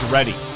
Ready